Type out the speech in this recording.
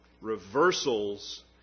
Reversals